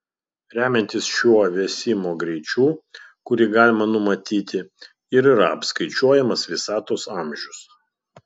remiantis šiuo vėsimo greičiu kurį galima numatyti ir yra apskaičiuojamas visatos amžius